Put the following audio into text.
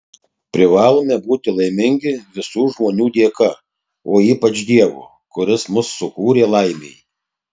privalome būti laimingi visų žmonių dėka o ypač dievo kuris mus sukūrė laimei